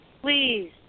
please